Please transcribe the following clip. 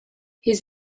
his